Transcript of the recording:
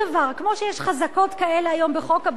כמו שיש חזקות כאלה היום בחוק הביטוח הלאומי,